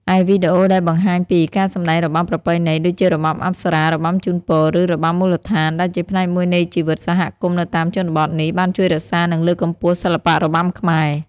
ឯវីដេអូដែលបង្ហាញពី ការសម្តែងរបាំប្រពៃណី ដូចជារបាំអប្សរា របាំជូនពរ ឬ របាំមូលដ្ឋាន ដែលជាផ្នែកមួយនៃជីវិតសហគមន៍នៅតាមជនបទនេះ បានជួយរក្សា និងលើកកម្ពស់សិល្បៈរបាំខ្មែរ។